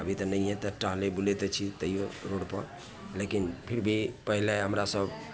अभी तऽ नहिएँ तऽ टहलै बुलै तऽ छी तैओ रोडपर लेकिन फिर भी पहिले हमरासभ